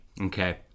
okay